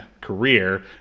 career